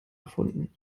erfunden